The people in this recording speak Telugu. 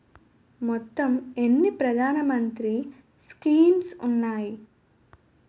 మొత్తం ఎన్ని ప్రధాన మంత్రి స్కీమ్స్ ఉన్నాయి?